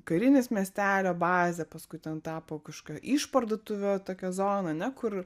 karinis miestelio bazė paskui ten tapo kažkokia išparduotuvių tokia zona ane kur